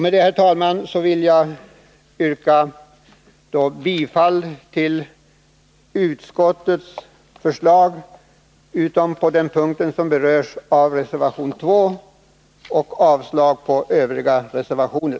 Med detta, herr talman, vill jag yrka bifall till utskottets förslag utom på den punkt som berörs av reservation 2, vilket innebär avslag på övriga reservationer.